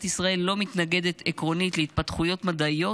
ישראל לא מתנגדת עקרונית להתפתחויות מדעיות